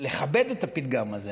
לכבד את הפתגם הזה